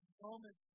moment